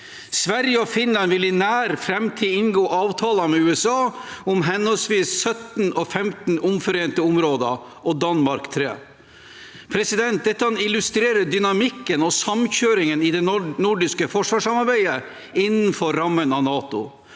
Sverige og Finland vil i nær framtid inngå avtaler med USA om henholdsvis 17 og 15 omforente områder, og Danmark om 3. Dette illustrerer dynamikken og samkjøringen i det nordiske forsvarssamarbeidet innenfor rammen av NATO.